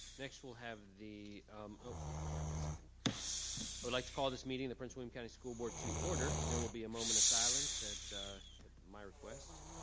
next we'll have the ah so i guess like and i would like to call this meeting prince william county school board to order there will be a moment of silence at my request